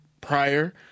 prior